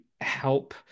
help